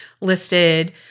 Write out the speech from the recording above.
listed